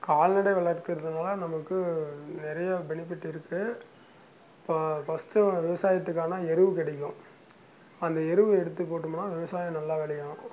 கால்நடை வளர்க்கிறதுனால நமக்கு நிறையா பெனிஃபிட் இருக்குது இப்போ ஃபர்ஸ்ட்டு விவசாயத்துக்கான எருவு கிடைக்கும் அந்த எருவு எடுத்துப் போட்டோமுன்னா விவசாயம் நல்லா விளையும்